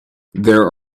there